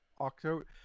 October